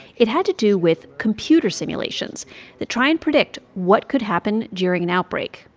it had to do with computer simulations that try and predict what could happen during an outbreak.